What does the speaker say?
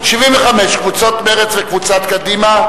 75 קבוצת מרצ וקבוצת קדימה?